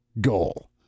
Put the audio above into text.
goal